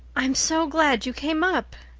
i'm so glad you came up,